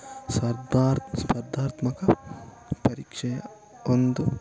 ಸರ್ದಾರ್ ಸ್ಪರ್ಧಾತ್ಮಕ ಪರೀಕ್ಷೆಯ ಒಂದು